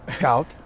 Out